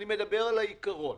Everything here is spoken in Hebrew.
אני מדבר על העיקרון.